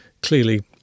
clearly